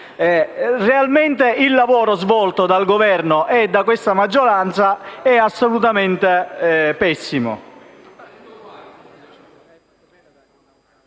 realmente il lavoro svolto dal Governo e da questa maggioranza è assolutamente pessimo.